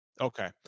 Okay